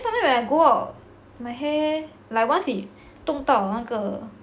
sometimes when I go out my hair like once it 动到那个